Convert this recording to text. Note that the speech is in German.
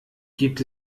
gibt